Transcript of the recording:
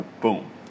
boom